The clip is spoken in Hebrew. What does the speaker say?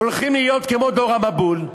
הולכים להיות כמו דור המבול,